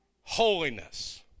holiness